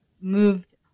moved